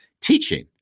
teaching